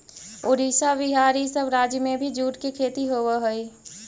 उड़ीसा, बिहार, इ सब राज्य में भी जूट के खेती होवऽ हई